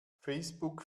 facebook